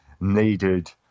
needed